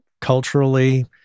culturally